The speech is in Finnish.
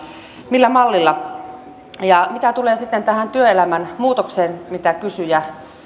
millä mallilla mitä tulee sitten tähän työelämän muutokseen mihin kysyjä